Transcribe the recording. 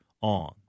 on